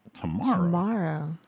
Tomorrow